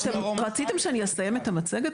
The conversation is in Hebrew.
אתם רציתם שאני אסיים את המצגת?